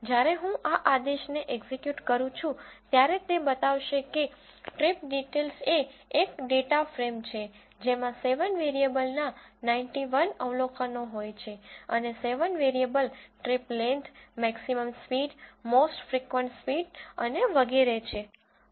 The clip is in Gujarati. જ્યારે હું આ આદેશને એક્ઝિક્યુટ કરું છું ત્યારે તે બતાવશે કે ટ્રિપ ડીટેલ્સ એ એક ડેટા ફ્રેમ છે જેમાં 7 વેરીએબલના 91 અવલોકનો હોય છે અને 7 variable trip length maximum speed most frequent speed અને વગેરે છે